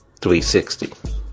360